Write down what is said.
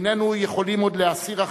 איננו יכולים עוד להסיר אחריות,